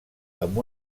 amb